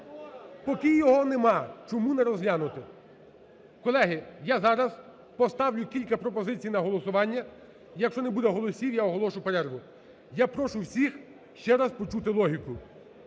Поки його нема, чому не розглянути? Колеги, я зараз поставлю кілька пропозицій на голосування, якщо не буде голосів – я оголошу перерву. Я прошу всіх ще раз почути логіку,